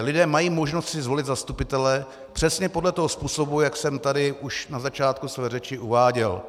Lidé mají možnost si zvolit zastupitele přesně podle toho způsobu, jak jsem tady už na začátku své řeči uváděl.